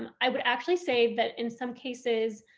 um i would actually say that in some cases